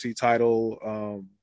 title